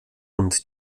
und